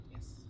Yes